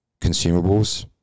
consumables